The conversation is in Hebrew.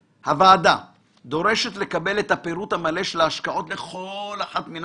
הוועדה דורשת לקבל את הפירוט המלא של ההשקעות לכל אחת מן